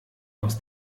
aus